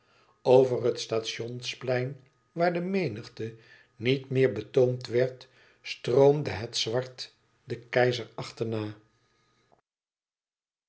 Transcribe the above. over het stationplein waar de menigte niet meer betoomd werd stroomde het zwart den keizer achterna